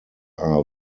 are